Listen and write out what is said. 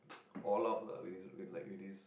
all out lah with his like with his